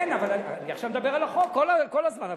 הוא תורם כל הזמן, לא רק עכשיו.